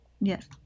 yes